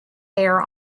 air